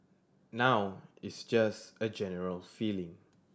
now it's just a general feeling